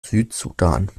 südsudan